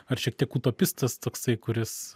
ar šiek tiek utopistas toksai kuris